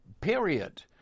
period